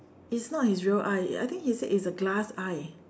is not his real eye I think he said it's a glass eye